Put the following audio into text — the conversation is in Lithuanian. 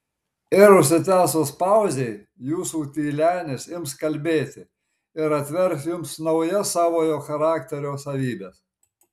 ir užsitęsus pauzei jūsų tylenis ims kalbėti ir atvers jums naujas savojo charakterio savybes